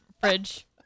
fridge